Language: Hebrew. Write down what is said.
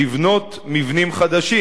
לבנות מבנים חדשים,